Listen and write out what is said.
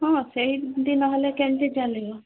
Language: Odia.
ହଁ ସେଇ ଦିନ ହେଲେ କେମିତି ଚାଲିବ